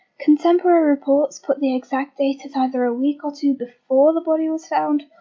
contemporary reports put the exact date at either a week or two before the body was found,